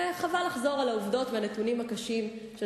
וחבל לחזור על העובדות ועל הנתונים הקשים של